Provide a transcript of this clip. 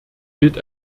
gilt